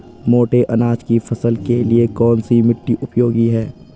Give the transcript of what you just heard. मोटे अनाज की फसल के लिए कौन सी मिट्टी उपयोगी है?